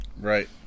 Right